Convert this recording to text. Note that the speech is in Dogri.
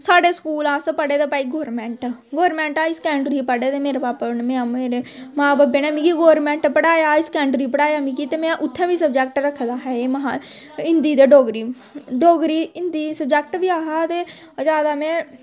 साढ़े स्कूल अस पढ़े दे भाई गौरमैंट गौरमैंट हाई सकैंडरी पढ़े दे मेरे पापा बी अमी मां बब्बै ने मिगी गौरमैंट पढ़ाया हाई सकैंडरी पढ़ाया मिगी ते उत्थै बी सबजैक्ट रक्खे दा हा एह् हिन्दी ते डोगरी डोगरी हिन्दी सबजैक्ट बी ऐ हा ते जेदा में